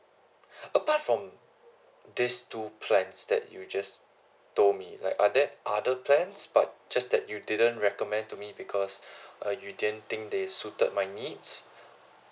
apart from these two plans that you just told me like are there other plans but just that you didn't recommend to me because uh you didn't think they suited my needs